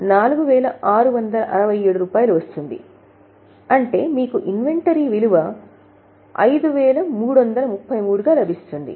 4667 అంటే మీకు ఇన్వెంటరీ విలువ 5333 గా లభిస్తుంది